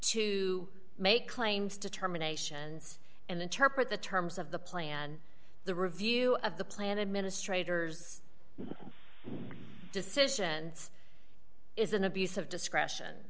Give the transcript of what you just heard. to make claims determinations and interpret the terms of the plan the review of the plan administrator decisions is an abuse of discretion